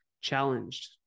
challenged